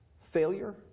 failure